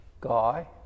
guy